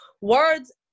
words